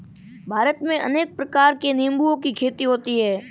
भारत में अनेक प्रकार के निंबुओं की खेती होती है